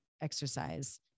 exercise